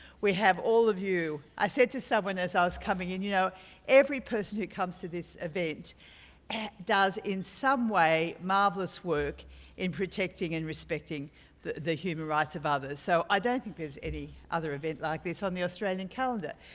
we have all of you. i said to someone as i was coming in you know every person who comes to this event does in some way marvelous work in protecting and respecting the the human rights of others. so i don't think there's any other event like this on the australian calendar.